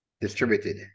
distributed